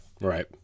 Right